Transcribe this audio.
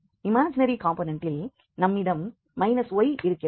imaginary காம்போனெண்ட்டில் நம்மிடம் y இருக்கிறது